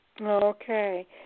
Okay